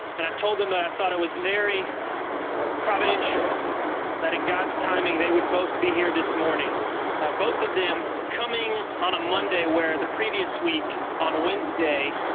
and i told them i thought it was very providential that in god's timing they would both be here this morning both of them coming on a monday where the previous week, on wednesday,